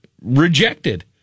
rejected